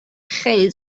خیلی